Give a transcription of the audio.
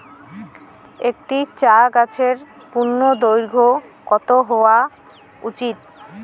একটি চা গাছের পূর্ণদৈর্ঘ্য কত হওয়া উচিৎ?